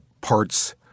parts